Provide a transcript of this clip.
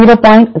0